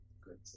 Good